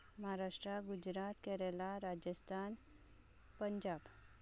Maharashtra Gujarat Kerala Rajasthan Punjab